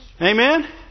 Amen